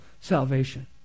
salvation